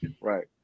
Right